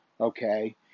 okay